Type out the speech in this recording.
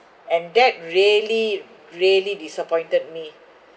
and that really really disappointed me